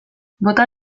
bota